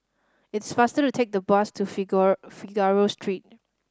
it's faster to take the bus to Figaro Street